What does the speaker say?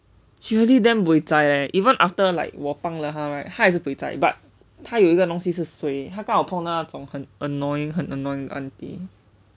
she really damn buay zai leh even after like 我帮了她:wo bang le tae right 她还是:tae hai shi buay zai but 她有一个东西是:tae you yi ge dong xi shi suay 她刚好碰到那种很:tae gang hao peng dao na zhong hen annoying 很 annoying 的 auntie